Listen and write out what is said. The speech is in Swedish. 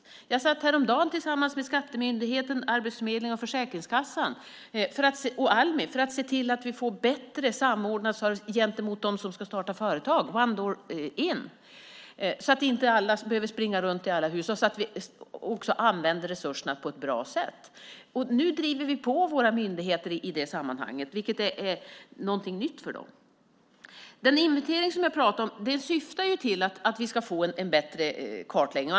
Häromdagen satt jag tillsammans med Skatteverket, Arbetsförmedlingen, Försäkringskassan och Almi för att se till att vi får en bättre samordnad service gentemot dem som ska starta företag - one door in - för att inte alla ska behöva springa runt och för att vi ska använda resurserna på ett bra sätt. Nu driver vi på våra myndigheter i det sammanhanget, vilket är något nytt för dem. Den inventering som jag pratade om syftar till att vi ska få en bättre kartläggning.